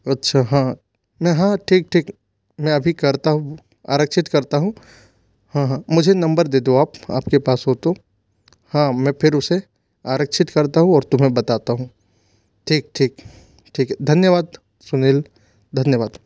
अच्छा हाँ न हाँ ठीक ठीक मैं अभी करता हूँ आरक्षित करता हूँ हाँ हाँ मुझे नम्बर दे दो आप आपके पास हो तो हाँ मैं फिर उसे आरक्षित करता हूँ और तुम्हें बताता हूँ ठीक ठीक ठीक है धन्यवाद सुनील धन्यवाद